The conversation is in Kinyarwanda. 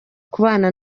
kubana